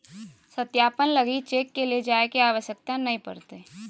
सत्यापन लगी चेक के ले जाय के आवश्यकता नय पड़तय